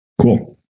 Cool